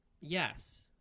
yes